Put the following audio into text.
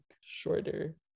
shorter